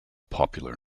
popular